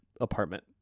apartment